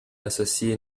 associée